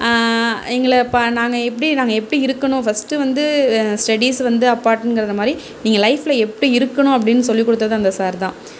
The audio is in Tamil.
எங்களை நாங்கள் எப்படி நாங்கள் எப்படி இருக்கணும் ஃபஸ்ட்டு வந்து ஸ்டெடிஸ் வந்து அப்பார்ட்ங்கிறது மாதிரி நீங்கள் லைஃப்பில் எப்படி இருக்கணும் அப்படின்னு சொல்லி கொடுத்தது அந்த சார்தான்